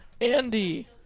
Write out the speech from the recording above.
Andy